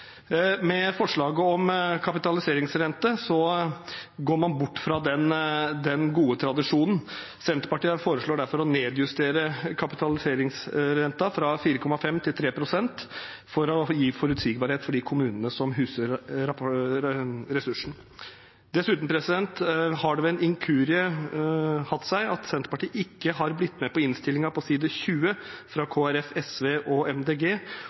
Med forslaget om kapitaliseringsrente går man bort fra den gode tradisjonen. Senterpartiet foreslår derfor å nedjustere kapitaliseringsrenten fra 4,5 pst. til 3 pst. for å gi forutsigbarhet for de kommunene som huser ressursen. Dessuten har det seg ved en inkurie slik at Senterpartiet ikke har blitt med på merknaden på side 20 i innstillingen, fra Kristelig Folkeparti, SV og